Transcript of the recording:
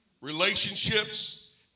relationships